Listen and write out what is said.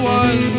one